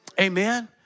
Amen